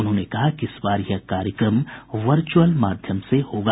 उन्होंने कहा कि इस बार यह कार्यक्रम वर्चुअल माध्यम से होगा